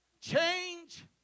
Change